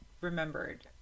remembered